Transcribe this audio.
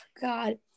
God